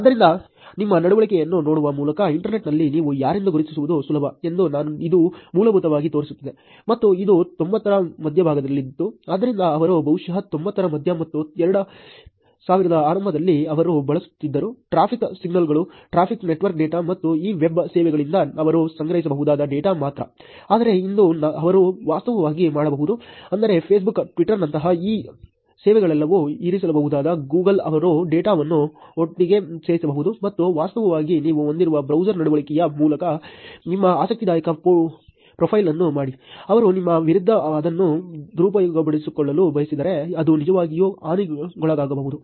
ಆದ್ದರಿಂದ ನಿಮ್ಮ ನಡವಳಿಕೆಯನ್ನು ನೋಡುವ ಮೂಲಕ ಇಂಟರ್ನೆಟ್ನಲ್ಲಿ ನೀವು ಯಾರೆಂದು ಗುರುತಿಸುವುದು ಸುಲಭ ಎಂದು ಇದು ಮೂಲಭೂತವಾಗಿ ತೋರಿಸುತ್ತದೆ ಮತ್ತು ಇದು ತೊಂಬತ್ತರ ಮಧ್ಯಭಾಗದಲ್ಲಿತ್ತು ಆದ್ದರಿಂದ ಅವರು ಬಹುಶಃ ತೊಂಬತ್ತರ ಮಧ್ಯ ಮತ್ತು ಎರಡು ಸಾವಿರದ ಆರಂಭದಲ್ಲಿ ಅವರು ಬಳಸುತ್ತಿದ್ದರು ಟ್ರಾಫಿಕ್ ಸಿಗ್ನಲ್ಗಳು ಟ್ರಾಫಿಕ್ ನೆಟ್ವರ್ಕ್ ಡೇಟಾ ಮತ್ತು ಈ ವೆಬ್ ಸೇವೆಗಳಿಂದ ಅವರು ಸಂಗ್ರಹಿಸಬಹುದಾದ ಡೇಟಾ ಮಾತ್ರ ಆದರೆ ಇಂದು ಅವರು ವಾಸ್ತವವಾಗಿ ಮಾಡಬಹುದು ಅಂದರೆ ಫೇಸ್ಬುಕ್ ಟ್ವಿಟರ್ನಂತಹ ಈ ಸೇವೆಗಳೆಲ್ಲವೂ ಇರಿಸಬಹುದು ಗೂಗಲ್ ಅವರು ಡೇಟಾವನ್ನು ಒಟ್ಟಿಗೆ ಸೇರಿಸಬಹುದು ಮತ್ತು ವಾಸ್ತವವಾಗಿ ನೀವು ಹೊಂದಿರುವ ಬ್ರೌಸರ್ ನಡವಳಿಕೆಯ ಮೂಲಕ ನಿಮ್ಮ ಆಸಕ್ತಿದಾಯಕ ಪ್ರೊಫೈಲ್ ಅನ್ನು ಮಾಡಿ ಅವರು ನಿಮ್ಮ ವಿರುದ್ಧ ಅದನ್ನು ದುರುಪಯೋಗಪಡಿಸಿಕೊಳ್ಳಲು ಬಯಸಿದರೆ ಅದು ನಿಜವಾಗಿಯೂ ಹಾನಿಗೊಳಗಾಗಬಹುದು